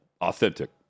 authentic